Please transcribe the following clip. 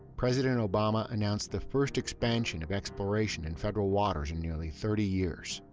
president obama announced the first expansion of exploration in federal waters in nearly thirty years.